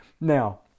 Now